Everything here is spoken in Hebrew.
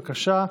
בבקשה,